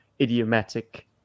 idiomatic